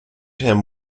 him